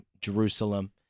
Jerusalem